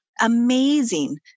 amazing